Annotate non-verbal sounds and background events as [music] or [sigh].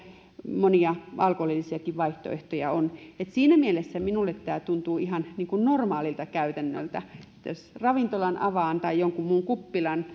monia alkoholillisiakin vaihtoehtoja on että siinä mielessä minulle tämä tuntuu ihan normaalilta käytännöltä että jos ravintolan avaan tai jonkun muun kuppilan [unintelligible]